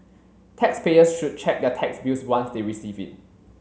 taxpayers should check their tax bills once they receive it